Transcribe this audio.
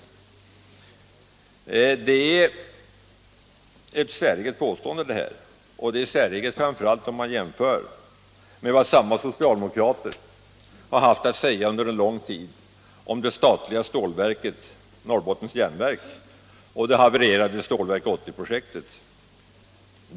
Det är i sanning ett säreget påstående - framför allt om man jämför med vad samma socialdemokrater haft att säga under en lång tid om det statliga stålverket Norrbottens Järnverk och det havererade Stålverk 80-projektet.